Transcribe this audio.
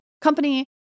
company